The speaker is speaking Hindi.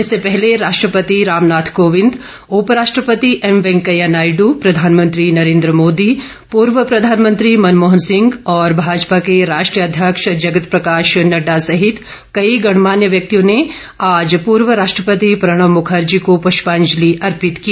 इससे पहले राष्ट्रपति रामनाथ कोविंद उपराष्ट्रपति एम वेंकैया नायड प्रधानमंत्री नरेन्द्र मोदी पूर्व प्रधानमंत्री मनमोहन सिंह और भाजपा के राष्ट्रीय अध्यक्ष जगत प्रकाश नड्डा सहित कई गणमान्य व्यक्तियों ने आज पूर्व राष्ट्रपति प्रणब मुखर्जी को पृष्पांजलि अर्पित की